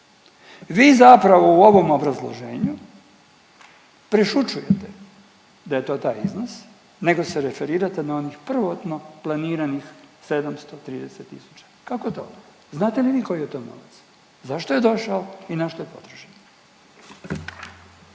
vi zapravo u ovom obrazloženju prešućujete da je to taj iznos, nego se referirate na onih prvotno planiranih 730 000. Kako to? Znate li vi koji je to novac? Zašto je došao i na što je potrošen?